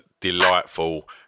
delightful